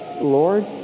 Lord